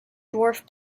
dwarf